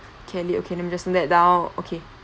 kelly okay let me just note that down okay